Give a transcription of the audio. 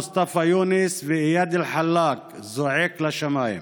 מוסטפא יונס ואיאד אלחאלק זועק לשמיים.